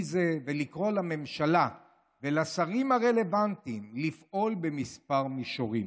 חגיגי זה ולקרוא לממשלה ולשרים הרלוונטיים לפעול בכמה מישורים.